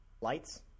lights